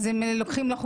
אז הם לוקחים לא חוקי.